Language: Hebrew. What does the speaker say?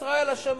ממשלת ישראל אשמה.